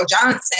Johnson